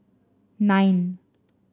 nine